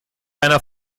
einer